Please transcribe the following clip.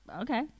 Okay